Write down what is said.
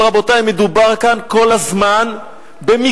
אבל, רבותי, מדובר כאן כל הזמן במגננה.